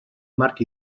marc